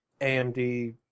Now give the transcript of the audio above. AMD